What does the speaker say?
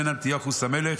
בן אנטיוכוס המלך,